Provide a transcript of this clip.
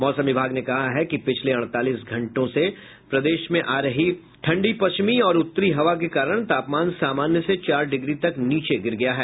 मौसम विभाग ने कहा है कि पिछले अड़तालीस घंटे से प्रदेश में आ रही ठंडी पश्चिमी और उत्तरी हवा के कारण तापमान सामान्य से चार डिग्री तक नीचे गिर गया है